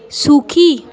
সুখী